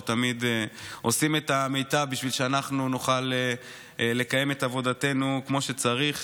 שתמיד עושים את המיטב בשביל שאנחנו נוכל לקיים את עבודתנו כמו שצריך.